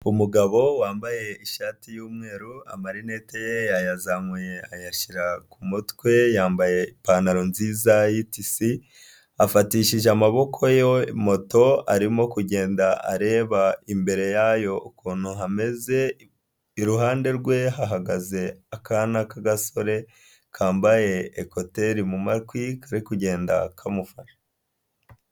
Umugabo wambaye ishati y'umweru amarinete ye yayazamuye ayashyira ku mutwe, yambaye ipantaro nziza y'itisi, afatishije amaboko ye moto arimo kugenda areba imbere yayo ukuntu hameze, iruhande rwe hagaze akana k'agasore kambaye ekoteri mu matwi kari kugenda kamufashe.